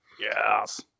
Yes